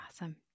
Awesome